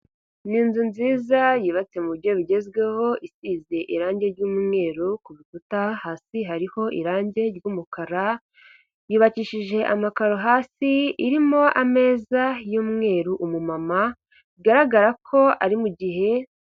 Ni inzu nziza yubatse mu buryo bigezweho isize irangi ry'umweru kukuta hasi hariho irangi ry'umukara, yubakishije amakaro hasi irimo ameza y'umweru umumama bigaragara ko ari mu mugihe.